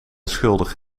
schuldig